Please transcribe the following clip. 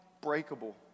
breakable